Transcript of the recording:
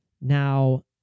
Now